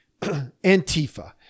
Antifa